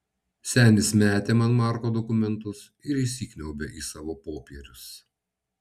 senis metė man marko dokumentus ir įsikniaubė į savo popierius